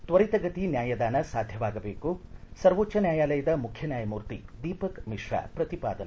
ತ್ವರಿತಗತಿ ನ್ನಾಯದಾನ ಸಾಧ್ಯವಾಗಬೇಕು ಸರ್ವೋಚ್ಚ ನ್ಯಾಯಾಲಯದ ಮುಖ್ಯ ನ್ಯಾಯಮೂರ್ತಿ ದೀಪಕ್ ಮಿಶ್ರಾ ಪ್ರತಿಪಾದನೆ